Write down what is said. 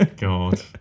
god